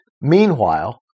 meanwhile